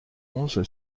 onze